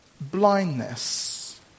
blindness